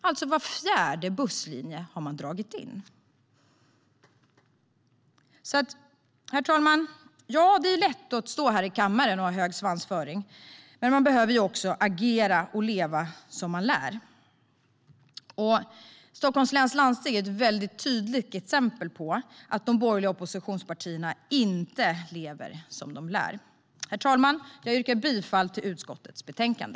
Man har alltså dragit in var fjärde busslinje. Herr talman! Ja, det är lätt att stå här i kammaren och ha hög svansföring. Men man behöver också agera och leva som man lär. Stockholms läns landsting är ett mycket tydligt exempel på att de borgerliga oppositionspartierna inte lever som de lär. Herr talman! Jag yrkar bifall till förslaget i utskottets betänkande.